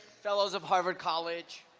fellows of harvard college,